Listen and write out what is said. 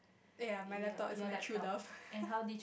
ya my laptop is my true love